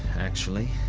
actually.